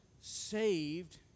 saved